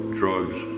drugs